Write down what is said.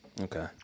Okay